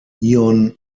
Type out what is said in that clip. ion